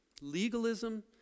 Legalism